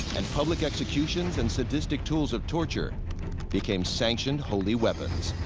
and public executions and sadistic tools of torture became sanctioned holy weapons.